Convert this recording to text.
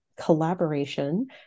collaboration